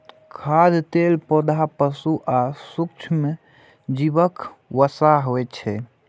खाद्य तेल पौधा, पशु आ सूक्ष्मजीवक वसा होइ छै